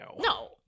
no